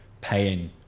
paying